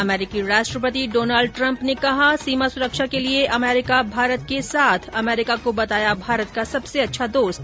अमेरिकी राष्ट्रपति Donald Trump ने कहा सीमा सुरक्षा के लिये अमेरीका भारत के साथ अमेरिका को बताया भारत का सबसे अच्छा दोस्त